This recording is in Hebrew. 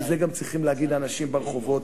ואת זה גם צריכים להגיד האנשים ברחובות,